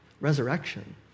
resurrection